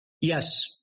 Yes